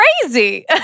crazy